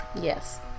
Yes